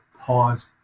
pause